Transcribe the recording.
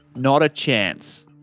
not a chance.